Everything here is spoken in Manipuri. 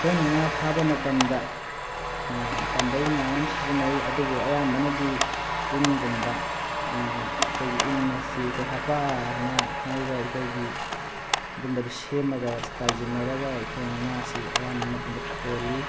ꯑꯩꯈꯣꯏꯅ ꯉꯥ ꯐꯥꯕ ꯃꯇꯝꯗ ꯄꯥꯝꯕꯩ ꯃꯌꯥꯝ ꯑꯃ ꯁꯤꯖꯤꯟꯅꯩ ꯑꯗꯨꯕꯨ ꯑꯌꯥꯝꯕꯅꯗꯤ ꯏꯟꯒꯨꯝꯕ ꯑꯩꯈꯣꯏꯒꯤ ꯏꯟ ꯑꯁꯤ ꯑꯩꯍꯣꯏ ꯍꯥꯄꯥ ꯑꯅ ꯍꯥꯏꯕ ꯑꯩꯈꯣꯏꯒꯤ ꯑꯗꯨꯝꯕꯗꯨ ꯁꯦꯝꯃꯒ ꯇꯥꯏꯁꯤꯟꯅꯔꯒ ꯑꯩꯈꯣꯏꯅ ꯉꯥꯁꯤ ꯑꯌꯥꯝꯕ ꯃꯇꯝꯗ ꯈꯣꯜꯂꯤ